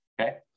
okay